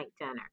dinner